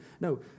No